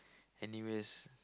anyways